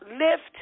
lift